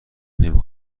نمی